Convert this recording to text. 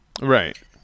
Right